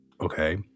Okay